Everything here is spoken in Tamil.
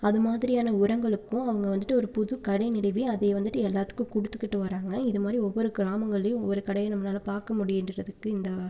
அதுமாதிரியான உரங்களுக்கும் அவங்க வந்துட்டு ஒரு புது கடை நிறுவி அதை வந்துட்டு எல்லாத்துக்கும் கொடுத்துகிட்டு வராங்க இது மாதிரி ஒவ்வொரு கிராமங்கள்லையும் ஒவ்வொரு கடையை நம்மனால பார்க்க முடியிறதுக்கு இந்த